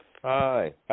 Hi